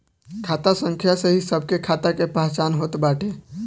खाता संख्या से ही सबके खाता के पहचान होत बाटे